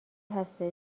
هستش